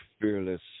fearless